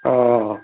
অঁ